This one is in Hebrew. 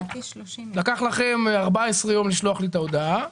לקח לכם 14 ימים לשלוח לי את ההודעה.